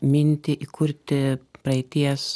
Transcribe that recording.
mintį įkurti praeities